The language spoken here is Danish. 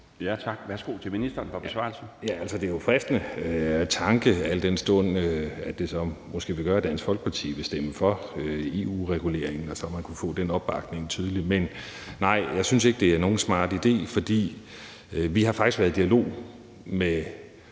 og forsyningsministeren (Lars Aagaard): Det er jo en fristende tanke, al den stund at det så måske ville gøre, at Dansk Folkeparti vil stemme for EU-regulering, så man kunne få den opbakning gjort tydelig. Men nej, jeg synes ikke, det er en smart idé, for vi har faktisk været i dialog med